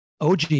OG